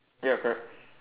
ya correct